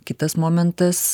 kitas momentas